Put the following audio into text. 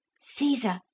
Caesar